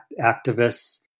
activists